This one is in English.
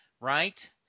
right